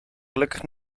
gelukkig